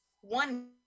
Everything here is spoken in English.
One